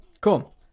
Cool